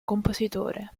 compositore